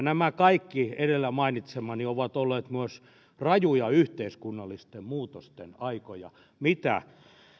nämä kaikki edellä mainitsemani ovat olleet myös rajuja yhteiskunnallisten muutosten aikoja mitä